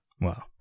Wow